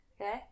Okay